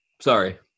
Sorry